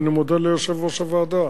ואני מודה ליושב-ראש הוועדה,